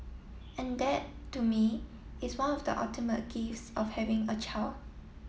and that to me is one of the ultimate gifts of having a child